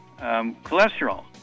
cholesterol